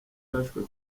yarashwe